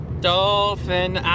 Dolphin